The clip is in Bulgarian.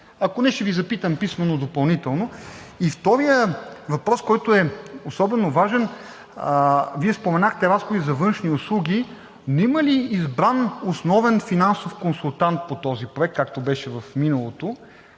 Ако не, ще Ви запитам писмено – допълнително. Вторият въпрос, който е особено важен. Вие споменахте разходи за външни услуги. Има ли избран основен финансов консултант по този проект, както беше в миналото?